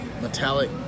metallic